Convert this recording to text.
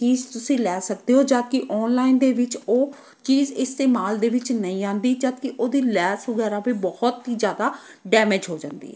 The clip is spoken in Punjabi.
ਚੀਜ਼ ਤੁਸੀਂ ਲੈ ਸਕਦੇ ਹੋ ਜਦਕਿ ਓਨਲਾਈਨ ਦੇ ਵਿੱਚ ਉਹ ਚੀਜ਼ ਇਸਤੇਮਾਲ ਦੇ ਵਿੱਚ ਨਹੀਂ ਆਉਂਦੀ ਜਦਕਿ ਉਹਦੀ ਲੈਸ ਵਗੈਰਾ ਵੀ ਬਹੁਤ ਹੀ ਜ਼ਿਆਦਾ ਡੈਮੇਜ ਹੋ ਜਾਂਦੀ